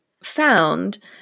found